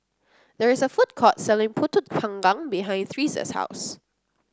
there is a food court selling pulut panggang behind Thresa's house